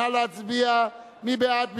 נא להצביע, מי בעד?